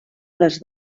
les